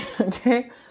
okay